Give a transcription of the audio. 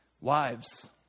Wives